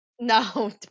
No